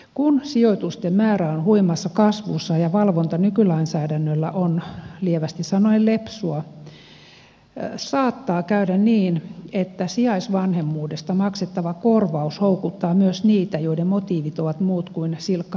kun sijoitusten määrä on huimassa kasvussa ja valvonta nykylainsäädännöllä on lievästi sanoen lepsua saattaa käydä niin että sijaisvanhemmuudesta maksettava korvaus houkuttaa myös niitä joiden motiivit ovat muut kuin silkka rakkaus lapsiin